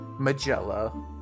Magella